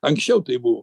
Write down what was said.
anksčiau taip buvo